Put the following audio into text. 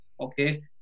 okay